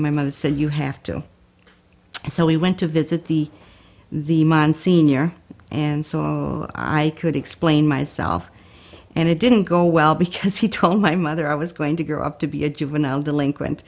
my mother said you have to so he went to visit the the monsignor and saw i could explain myself and it didn't go well because he told my mother i was going to grow up to be a juvenile delinquent